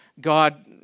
God